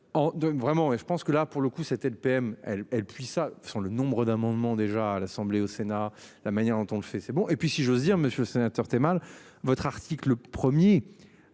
vraiment et je pense que là pour le coup c'était le PM elle elle puisse à son le nombre d'amendements, déjà à l'Assemblée, au Sénat, la manière dont on le fait c'est bon et puis si j'ose dire Monsieur le sénateur es mal votre article 1er